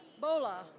Bola